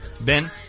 Ben